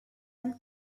one